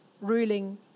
ruling